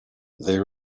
they